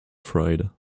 fried